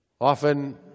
Often